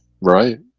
Right